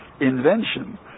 invention